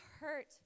hurt